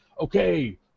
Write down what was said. okay